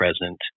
present